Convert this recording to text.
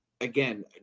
again